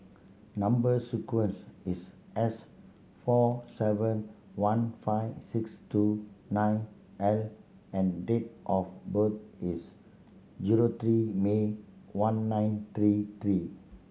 number sequence is S four seven one five six two nine L and date of birth is zero three May one nine three three